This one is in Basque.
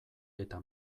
eta